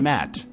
Matt